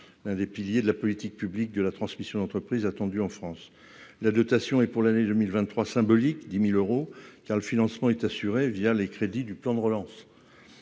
l'un des piliers de la politique publique de la transmission d'entreprise, attendu en France, la dotation et pour l'année 2023 symbolique 10000 euros car le financement est assuré via les crédits du plan de relance